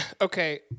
Okay